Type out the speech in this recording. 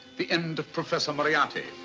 the end of professor moriarity.